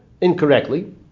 incorrectly